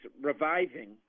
reviving